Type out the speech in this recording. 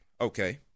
Okay